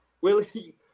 Willie